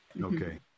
Okay